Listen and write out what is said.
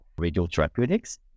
radiotherapeutics